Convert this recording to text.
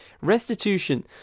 Restitution